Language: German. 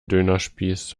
dönerspieß